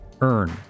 earn